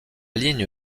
ligne